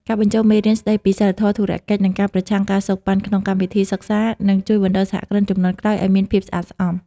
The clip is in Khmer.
ការបញ្ចូលមេរៀនស្ដីពី "សីលធម៌ធុរកិច្ច និងការប្រឆាំង ការសូកប៉ាន់" ក្នុងកម្មវិធីសិក្សា នឹងជួយបណ្ដុះសហគ្រិនជំនាន់ក្រោយឱ្យមានភាពស្អាតស្អំ។